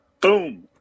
boom